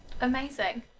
Amazing